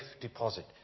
deposit